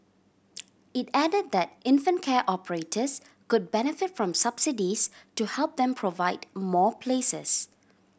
it added that infant care operators could benefit from subsidies to help them provide more places